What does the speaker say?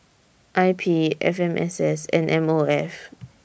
I P F M S S and M O F